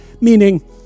meaning